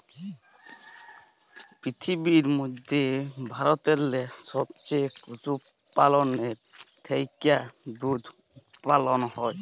পিরথিবীর ম্যধে ভারতেল্লে সবচাঁয়ে বেশি পশুপাললের থ্যাকে দুহুদ উৎপাদল হ্যয়